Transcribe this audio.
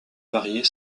varier